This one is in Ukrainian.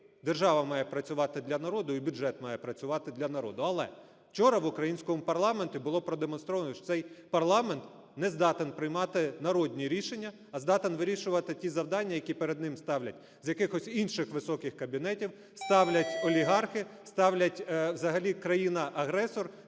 держава має працювати для народу і бюджет має працювати для народу. Але вчора в українському парламенті було продемонстровано, що цей парламент не здатен приймати народні рішення, а здатен вирішувати ті завдання, які перед ним ставлять з якихось інших високих кабінетів, ставлять олігархи, ставлять взагалі країна-агресор